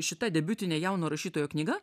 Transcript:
šita debiutinė jauno rašytojo knyga